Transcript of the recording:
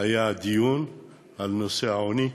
היה דיון על נושא העוני,